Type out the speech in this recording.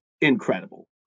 incredible